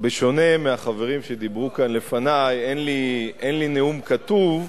בשונה מהחברים שדיברו כאן לפני, אין לי נאום כתוב,